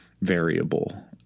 variable